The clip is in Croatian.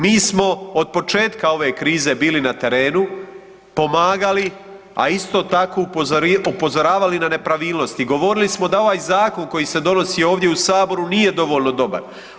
Mi smo od početka ove krize bili na terenu, pomagali a isto tako upozoravali na nepravilnosti, govorili smo da ovaj zakon koji se donosi ovdje u Saboru nije dovoljno dobar,